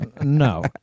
No